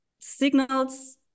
signals